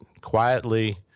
Quietly